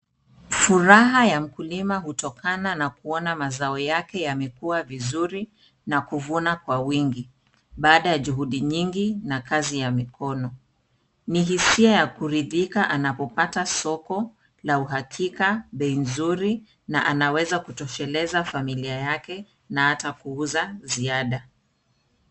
Furaha ya mkulima hutokana na kuona mazao yake yamekua vizuri na kuvuna kwa wingi baada ya juhudi nyingi na kazi ya mikono. Ni hisia ya kuridhika anapopata soko la uhakika, bei nzuri na anaweza kutosheleza familia yake na hata kuuza ziada.